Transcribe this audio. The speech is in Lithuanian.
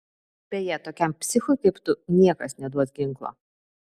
beje tokiam psichui kaip tu niekas neduos ginklo